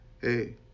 hey